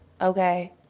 okay